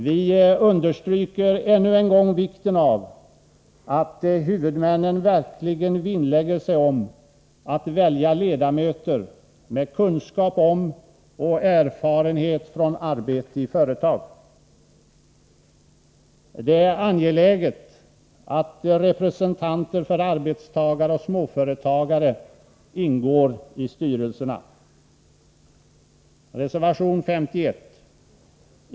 Vi understryker ännu en gång vikten av att huvudmännen verkligen vinnlägger sig om att välja ledamöter med kunskap om och erfarenhet från arbete i företag. Det är angeläget att representanter för arbetstagare och småföretagare ingår i styrelserna. Reservation 51.